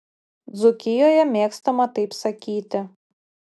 dzūkijoje mėgstama taip sakyti